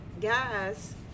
guys